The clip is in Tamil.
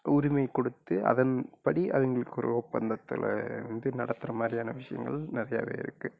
உரிமைக் கொடுத்து அதன்படி அவங்களுக்கு ஒரு ஒப்பந்தத்தில் வந்து நடத்துகிற மாதிரியான விஷயங்கள் நிறையாவே இருக்குது